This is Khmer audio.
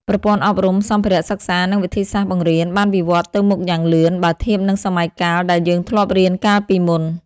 ប្រព័ន្ធអប់រំ សម្ភារៈសិក្សា និងវិធីសាស្រ្តបង្រៀនបានវិវត្តន៍ទៅមុខយ៉ាងលឿន បើធៀបនឹងសម័យកាលដែលយើងធ្លាប់រៀនកាលពីមុន។